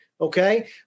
Okay